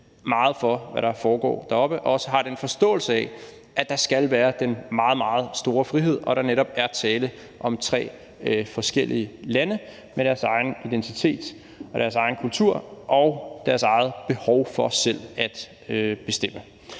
meget for, hvad der foregår deroppe, og vi har også en forståelse af, at der skal være den meget, meget store frihed, og af, at der netop er tale om tre forskellige lande med deres egen identitet og deres egen kultur og deres eget behov for selv at bestemme.